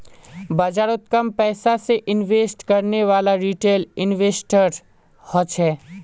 बाजारोत कम पैसा से इन्वेस्ट करनेवाला रिटेल इन्वेस्टर होछे